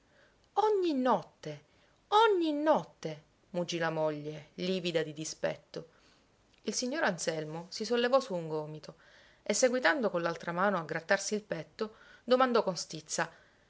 ogni notte ogni notte muggì la moglie livida di dispetto il signor anselmo si sollevò su un gomito e seguitando con l'altra mano a grattarsi il petto domandò con stizza